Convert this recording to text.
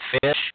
Fish